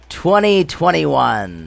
2021